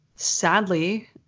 Sadly